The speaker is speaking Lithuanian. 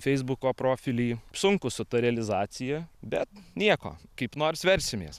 feisbuko profilį sunku su ta realizacija bet nieko kaip nors versimės